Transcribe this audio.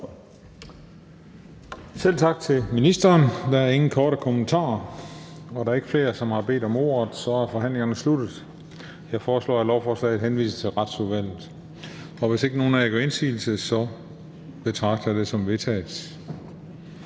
Selv tak til ministeren. Der er ingen kommentarer. Der er ikke flere, der har bedt om ordet, så forhandlingen er afsluttet. Jeg vil foreslå, at lovforslaget henvises til Erhvervsudvalget. Hvis ikke nogen af jer gør indsigelse, betragter jeg det som vedtaget.